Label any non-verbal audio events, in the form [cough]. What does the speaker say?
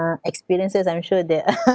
uh experiences I'm sure that [laughs]